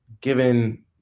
Given